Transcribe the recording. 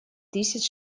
тысяч